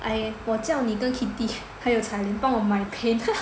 I 我叫你跟 Kitty 还有 Cai Ling 帮我买 paint